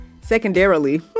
secondarily